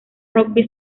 rugby